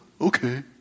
Okay